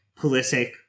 Pulisic